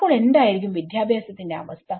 അപ്പോൾ എന്തായിരിക്കും വിദ്യാഭ്യാസത്തിന്റെ അവസ്ഥ